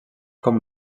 com